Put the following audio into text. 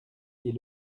dit